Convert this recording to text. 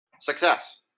Success